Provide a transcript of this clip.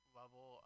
level